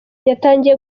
yatangiye